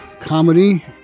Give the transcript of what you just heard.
comedy